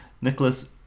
Nicholas